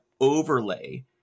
overlay